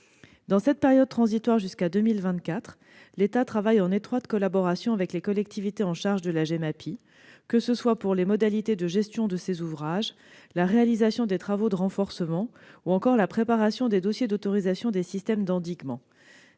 Dans cette période transitoire jusqu'à 2024, l'État travaille en étroite collaboration avec les collectivités chargées de la Gemapi, que ce soit pour les modalités de gestion de ces ouvrages, la réalisation de travaux de renforcement ou encore la préparation des dossiers d'autorisation de systèmes d'endiguement.